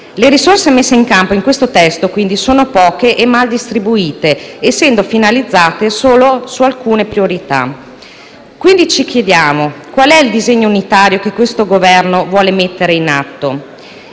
Le risorse messe in campo in questo testo, quindi, sono poche e maldistribuite, essendo finalizzate solo su alcune priorità. Quindi, ci chiediamo: qual è il disegno unitario che questo Governo vuole mettere in atto?